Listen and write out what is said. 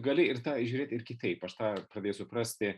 gali ir žiūrėti ir kitaip aš tą pradėjau suprasti